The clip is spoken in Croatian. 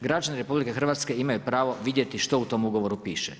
Građani RH imaju pravo vidjeti što u tom ugovoru piše.